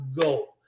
go